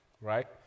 right